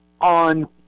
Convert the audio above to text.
on